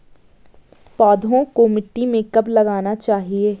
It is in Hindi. पौधों को मिट्टी में कब लगाना चाहिए?